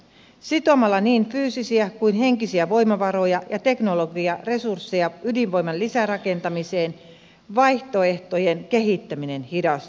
sitomalla niin fyysisiä kuin henkisiäkin voimavaroja ja teknologiaresursseja ydinvoiman lisärakentamiseen vaihtoehtojen kehittäminen hidastuu